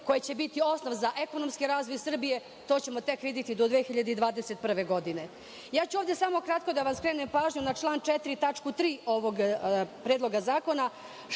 koje će biti osnov za ekonomski razvoj Srbije, to ćemo tek videti do 2021. godine. Ovde ću samo kratko da vam skrenem pažnju na član 4. tačku 3) ovog Predloga zakona